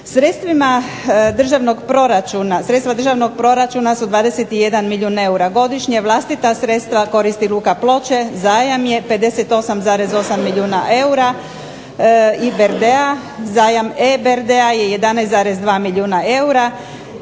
sredstva državnog proračuna su 21 milijun eura godišnje, vlastita sredstva koristi luka Ploče, zajam je 58,8 milijuna eura IBRD-a, zajam EBRD-a je 11,2 milijuna eura,